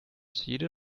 jede